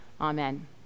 Amen